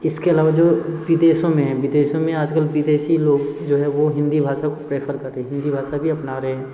इसके अलावा जो विदेशों में है विदेशों में आजकल विदेशी लोग जो है वह हिंदी भाषा को प्रेफर कर रहे हिंदी भाषा भी अपना रहें हैं